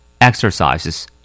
exercises